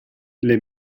les